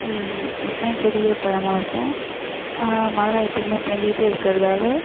எப்போவுமே செடி ஈரப்பதமாக இருக்கும் மழை எப்போயுமே பேஞ்சுகிட்டே இருக்கிறதால